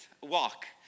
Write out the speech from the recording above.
walk